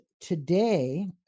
today